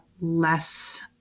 less